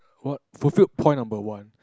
what fulfilled point number one